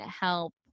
help